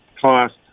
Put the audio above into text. cost